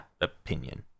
opinion